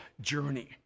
journey